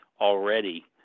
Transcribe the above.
already